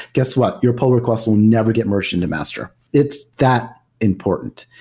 guess what? your pull request will never get merged into master. it's that important.